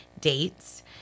dates